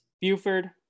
Buford